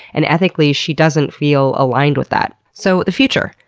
and ethically she doesn't feel aligned with that. so, the future.